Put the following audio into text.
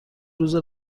روز